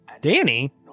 Danny